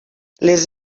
les